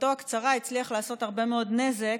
שבתקופתו הקצרה הצליח לעשות הרבה מאוד נזק,